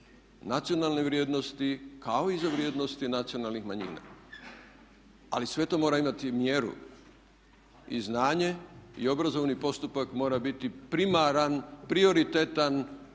nacionalne vrijednosti kao i za vrijednosti nacionalnih manjina. Ali sve to mora imati mjeru i znanje i obrazovani postupak mora biti primaran, prioritetan